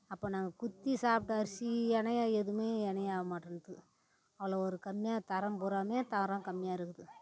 அப்போ நாங்கள் குத்தி சாப்பிட்ட அரிசி இணைய எதுவுமே இணையஆக மாட்டேந்த்து அவ்வளோ ஒரு கம்மியாக தரம் பூராவும் தரம் கம்மியாக இருக்குது